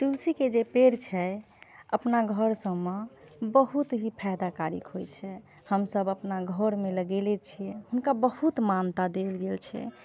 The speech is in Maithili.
तुलसी के जे पेड़ छै अपना घर सभमे बहुत ही फैदा कारक होइ छै हमसभ अपना घरमे लगेले छियै हुनका बहुत मानता देल गेल छै